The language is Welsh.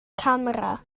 camera